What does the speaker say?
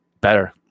better